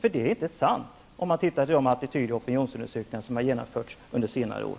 Det är alltså inte sant om man ser på de attityd och opinionsundersökningar som har genomförts under senare år.